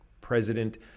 president